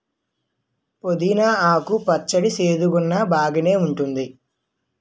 పుదీనా కు పచ్చడి సేదుగున్నా బాగేఉంటాది